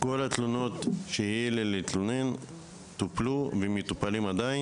כל התלונות שהגיש הלל, טופלו ועודן מטופלות.